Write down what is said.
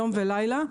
יום ולילה,